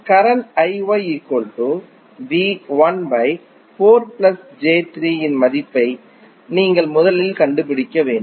current இன் மதிப்பை நீங்கள் முதலில் கண்டுபிடிக்க வேண்டும்